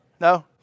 No